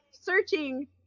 searching